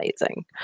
amazing